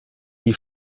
die